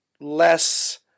less